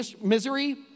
misery